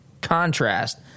contrast